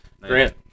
Grant